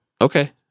Okay